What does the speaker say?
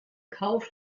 kauf